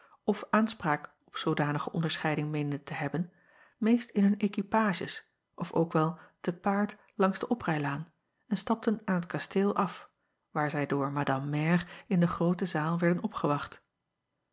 f aanspraak op zoodanige onderscheiding meenden te hebben meest in hun équipages of ook wel te paard langs de oprijlaan en stapten aan t kasteel af waar zij door madame mère in de groote zaal werden opgewacht